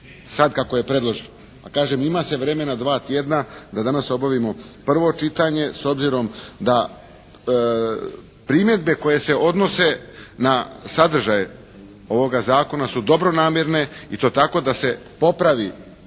sad kako je predložen, a kažem ima se vremena dva tjedna da danas obavimo prvo čitanje s obzirom da primjedbe koje se odnose na sadržaje ovoga zakona su dobronamjerne i to tako da se popravi